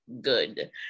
good